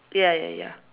ya ya ya